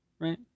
right